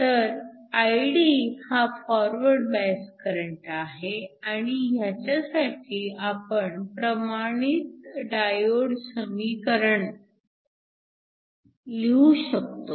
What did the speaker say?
तर Id हा forward bias current आहे आणि ह्याच्यासाठी आपण प्रमाणित डायोड समीकरण लिहू शकतो